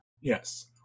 yes